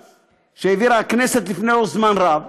שהעבירה הכנסת לפני זמן רב,